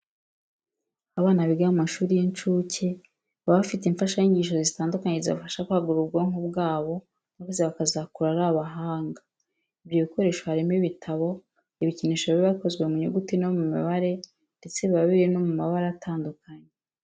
Abana biga mu mashuri y'incuke baba bafite imfashanyigisho zitandukanye zibafasha kwagura ubwonko bwabo maze bakazakura ari abahanga. Ibyo bikoresho harimo ibitabo, ibikinisho biba bikozwe mu nyuguti no mu mibare ndetse biba biri no mu mabara atandukanye.